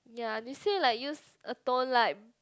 ya they say like use a tone light